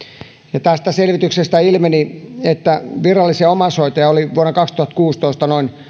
ja tästä selvityksestä ilmenee että virallisia omaishoitajia oli vuonna kaksituhattakuusitoista noin